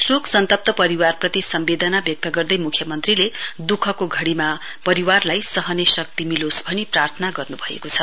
शोक सन्तन्त परिवारप्रति सम्वेदना व्यक्त गर्दै मुख्यमन्त्रीले दुखको घडीमा परिवारलाई सहने शक्ति मिलोस भनी प्रार्थना गर्नुभएको छ